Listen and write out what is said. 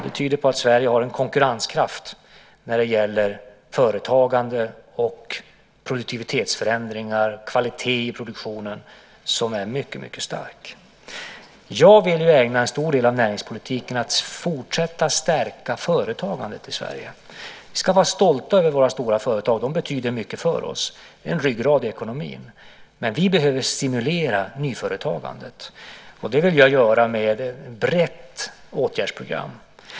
Det tyder på att Sverige har en konkurrenskraft när det gäller företagande, produktivitetsförändringar och en kvalitet i produktionen som är mycket stark. Jag vill ägna en stor del av näringspolitiken åt att fortsätta stärka företagandet i Sverige. Vi ska vara stolta över våra stora företag. De betyder mycket för oss. De är en ryggrad i ekonomin. Men vi behöver stimulera nyföretagandet, och det vill jag göra med ett brett åtgärdsprogram.